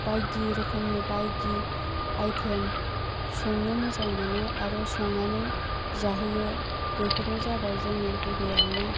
बायदि रोखोमनि बायदि आइटेम संनो मोजां मोनो आरो संनानै जाहोयो बेफोरनो जाबाय जोङो गिबियावनो